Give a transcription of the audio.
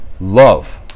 love